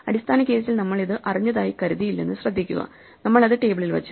അടിസ്ഥാന കേസിൽ നമ്മൾ അത് അറിഞ്ഞതായി കരുതിയില്ലെന്ന് ശ്രദ്ധിക്കുക നമ്മൾ അത് ടേബിളിൽ വച്ചു